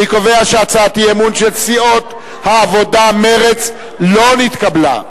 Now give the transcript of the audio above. אני קובע שהצעת האי-אמון של סיעות העבודה ומרצ לא נתקבלה.